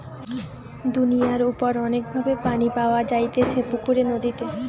দুনিয়ার উপর অনেক ভাবে পানি পাওয়া যাইতেছে পুকুরে, নদীতে